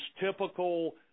typical